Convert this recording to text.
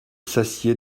s’assied